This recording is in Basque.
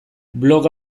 blog